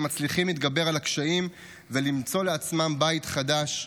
הם מצליחים להתגבר על הקשיים ולמצוא לעצמם בית חדש כאן,